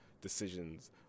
decisions